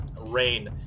Rain